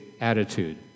attitude